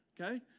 okay